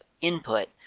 input